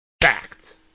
Fact